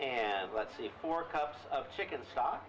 say let's see four cups of chicken stock